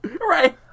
Right